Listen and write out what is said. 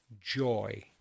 joy